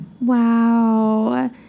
Wow